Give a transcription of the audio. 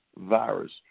virus